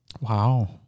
wow